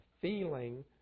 feeling